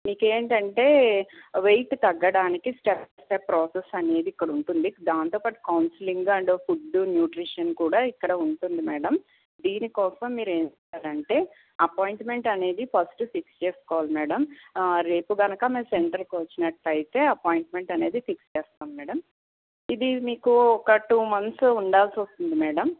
మీకేంటంటే weight తగ్గడానికి step up process అనేది ఇక్కడ ఉంటుంది దానితోపాటు కౌన్సిలింగ్ అండ్ ఫుడ్ న్యూట్రిషన్ కూడా ఇక్కడ ఉంటుంది మేడం దీనికోసం మీరు ఏం చెయ్యాలంటే అపాయింట్మెంట్ అనేది ఫస్ట్ ఫిక్స్ చేసుకోవాలి మేడం రేపు కనుక మా సెంటర్కి వచ్చినట్లయితే అపాయింట్మెంట్ అనేది ఫిక్స్ చేస్తాం మేడం ఇది మీకు ఒక టూ మంత్స్ ఉండాల్సి వస్తుంది మేడం